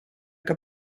que